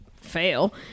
fail